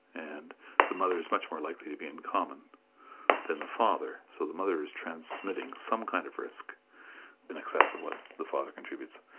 and the mother is much more likely to be in common than the father. so the mother is transmitting some kind of risk in excess of what the father contributes.